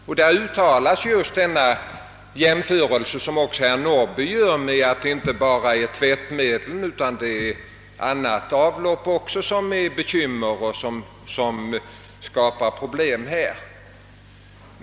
Man gör också samma jämförelse som herr Norrby, att det inte bara är tvättmedel utan även annat avlopp som inger bekymmer och skapar problem härvidlag.